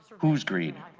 whose greed?